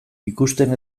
ikusten